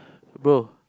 bro